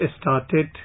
started